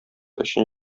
өчен